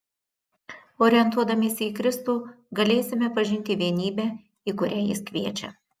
orientuodamiesi į kristų galėsime pažinti vienybę į kurią jis kviečia